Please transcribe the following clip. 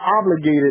obligated